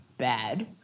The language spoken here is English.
bad